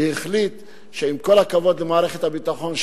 שהחליט שעם כל הכבוד למערכת הביטחון,